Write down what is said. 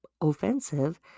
offensive